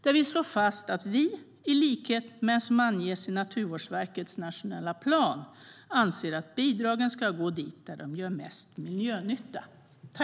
Där slår vi fast att vi i likhet med vad som anges i Naturvårdsverkets nationella plan anser att bidragen ska gå dit där de gör mest miljönytta.